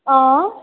आं